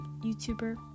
youtuber